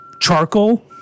charcoal